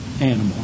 animal